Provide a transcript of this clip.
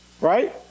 right